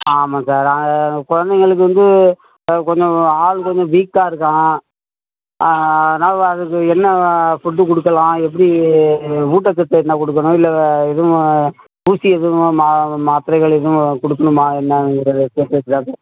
ஆமாம் சார் குழந்தைகளுக்கு வந்து கொஞ்சம் ஆள் கொஞ்சம் வீக்காக இருக்கான் அதனால் அதுக்கு என்ன ஃபுட்டு கொடுக்கலாம் எப்படி ஊட்டச்சத்து என்ன கொடுக்கணும் இல்லை எதுவும் ஊசி எதுவும் மா மாத்திரைகள் எதுவும் கொடுக்கணுமா என்னாங்கிறது கேட்டுக்க தான் சார்